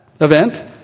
event